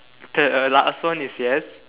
the last one is yes